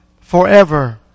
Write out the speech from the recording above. forever